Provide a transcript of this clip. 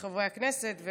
מחברי הכנסת,